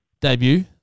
debut